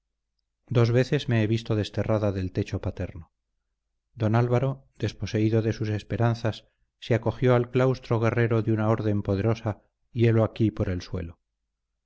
dos veces me he visto desterrada del techo paterno don álvaro desposeído de sus esperanzas se acogió al claustro guerrero de una orden poderosa y helo ahí por el suelo